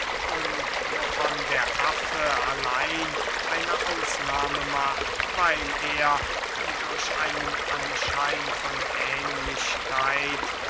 wovon der affe allein eine ausnahme macht weil er durch einen anschein von ähnlichkeit